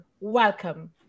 welcome